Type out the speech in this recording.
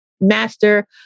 master